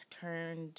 turned